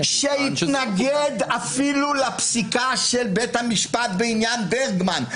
שהתנגד אפילו לפסיקה של בית המשפט בעניין ברגמן.